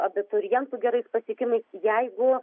abiturientų gerais pasiekimais jeigu